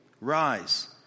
rise